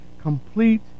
complete